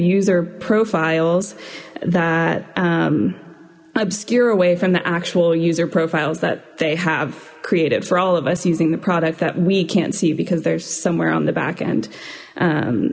user profiles that obscure away from the actual user profiles that they have created for all of us using the product that we can't see because there's some we're on the back end